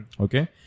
okay